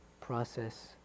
process